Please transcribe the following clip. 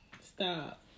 Stop